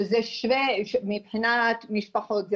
שמבחינת משפחות,